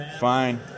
Fine